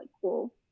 cool